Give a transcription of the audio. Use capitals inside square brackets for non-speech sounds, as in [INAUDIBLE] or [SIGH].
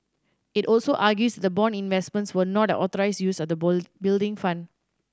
it also argues the bond investments were not an authorised use of the [UNINTELLIGIBLE] Building Fund